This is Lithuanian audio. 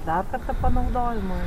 dar kartą panaudojimui